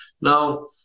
Now